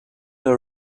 der